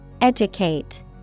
Educate